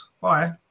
Bye